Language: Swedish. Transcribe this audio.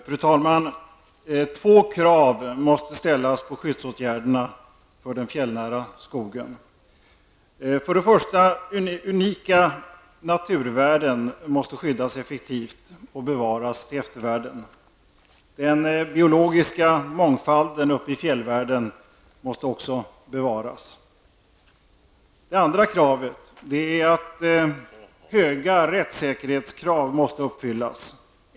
Fru talman! Två krav måste ställas på skyddsåtgärder för den fjällnära skogen. För det första måste unika naturvärden skyddas effektivt och bevaras till eftervärlden. Den biologiska mångfalden måste också bevaras. Det andra kravet är att höga rättssäkerhetskrav måste uppfyllas.